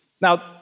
Now